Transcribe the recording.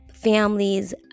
families